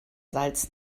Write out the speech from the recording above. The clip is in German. salz